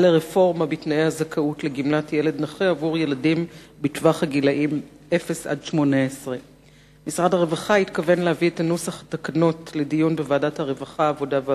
לרפורמה בתנאי הזכאות לגמלת ילד נכה עבור ילדים בטווח הגילים 0 18. משרד הרווחה התכוון להביא את נוסח התקנות לדיון בוועדת העבודה,